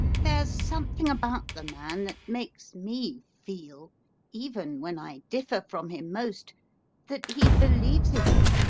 there's something about the man that makes me feel even when i differ from him most that he believes it all,